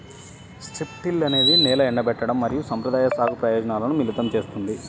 strip till అనేది నేల ఎండబెట్టడం మరియు సంప్రదాయ సాగు ప్రయోజనాలను మిళితం చేస్తుంది